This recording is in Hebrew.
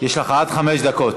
יש לך עד חמש דקות.